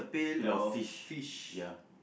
pail of fish ya